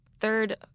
third